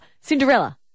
Cinderella